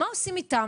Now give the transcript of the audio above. מה עושים איתם?